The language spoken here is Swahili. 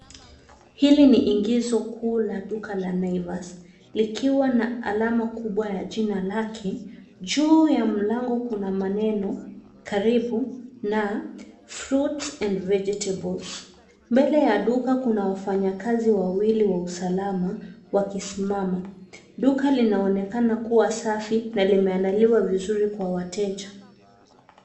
Hili ni ingizo kuu la duka la Nivas likiwa na alama kubwa ya jina lake. Juu ya mlango kuna maneno karibu na fruits and vegetables . Mbele ya duka kuna wafanyakazi wawili wa usalama wakisimama. Duka linaonekana kuwa safi na limeandaliwa vizuri kwa wateja.